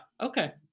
Okay